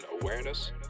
awareness